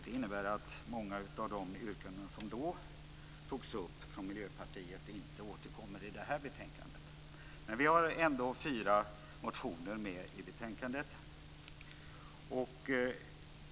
Det innebär att många av de yrkanden som då togs upp från Miljöpartiet inte återkommer i detta betänkande. Men vi har ändå fyra motioner med i betänkandet.